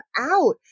out